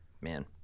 Man